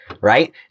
right